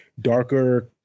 darker